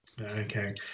Okay